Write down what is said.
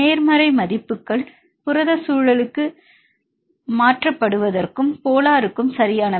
நேர்மறை மதிப்புகள் புரத சூழலுக்கு மாற்றப்படுவதற்கும் போலாருக்கும் சரியானவை